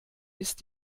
ist